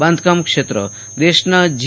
બાંધકામ ક્ષેત્ર દેશના જી